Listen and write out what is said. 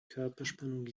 körperspannung